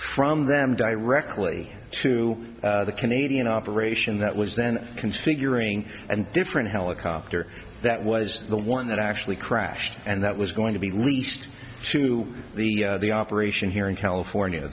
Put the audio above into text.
from them directly to the canadian operation that was then considering and different helicopter that was the one that actually crashed and that was going to be leased to the the operation here in california